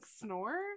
snore